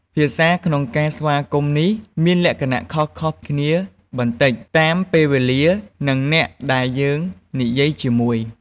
ភាសាក្នុងការស្វាគមន៍នេះ មានលក្ខណៈខុសៗគ្នាបន្តិច តាមពេលវេលា និងអ្នកដែលយើងនិយាយជាមួយ។